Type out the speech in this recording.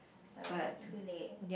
I was too late